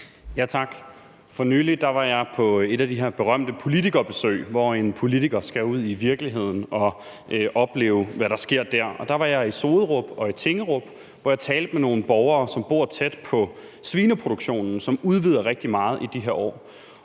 Tak. For nylig var jeg på et af de her berømte politikerbesøg, hvor en politiker skal ud i virkeligheden for at opleve, hvad der sker der. Og der var jeg i Soderup og i Tingerup, hvor jeg talte med nogle borgere, som bor tæt på svineproduktionen, som udvider rigtig meget i de her år.